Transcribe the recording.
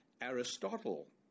Aristotle